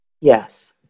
Yes